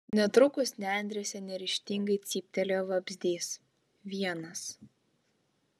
netrukus nendrėse neryžtingai cyptelėjo vabzdys vienas